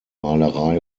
malerei